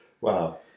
Wow